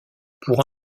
pour